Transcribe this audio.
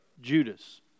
Judas